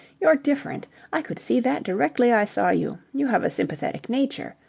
you're different. i could see that directly i saw you. you have a sympathetic nature.